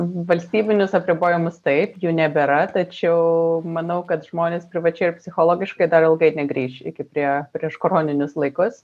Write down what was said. valstybinius apribojimus taip jų nebėra tačiau manau kad žmonės privačiai ir psichologiškai dar ilgai negrįš iki prie prieškoroninius laikus